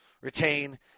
retain